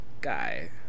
guy